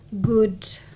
good